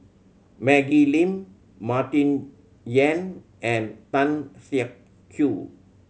Maggie Lim Martin Yan and Tan Siak Kew